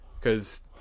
Cause